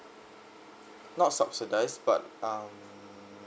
not subsidised but um